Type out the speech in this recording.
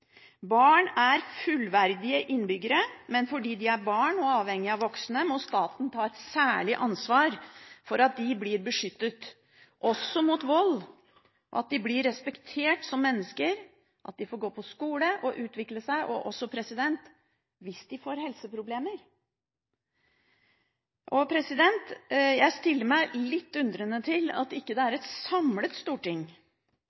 Barn er fullverdige innbyggere, men fordi de er barn og avhengig av voksne, må staten ta et særlig ansvar for at de blir beskyttet også mot vold, at de blir respektert som mennesker, at de får gå på skole og utvikle seg, også hvis de får helseproblemer. Jeg stiller meg litt undrende til at det ikke er